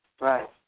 Right